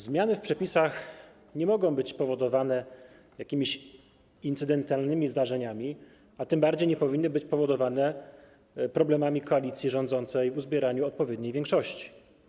Zmiany w przepisach nie mogą być powodowane jakimiś incydentalnymi zdarzeniami, a tym bardziej nie powinny być powodowane problemami koalicji rządzącej w uzbieraniu odpowiedniej większości.